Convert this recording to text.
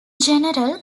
general